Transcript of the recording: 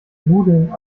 nudeln